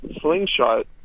slingshot